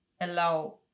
allow